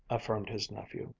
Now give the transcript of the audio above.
affirmed his nephew.